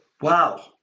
Wow